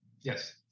Yes